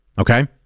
Okay